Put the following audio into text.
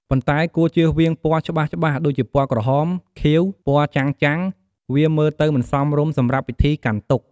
ប៉ុន្តែគួរតែជៀសវាងពណ៌ច្បាស់ៗដូចជាពណ៌ក្រហម ខៀវ ពណ៍ចាំងៗ វាមើលទៅមិនសមរម្យសម្រាប់ពិធីកាន់ទុក្ខ។